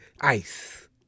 Ice